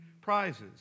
prizes